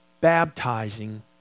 baptizing